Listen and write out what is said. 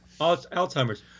Alzheimer's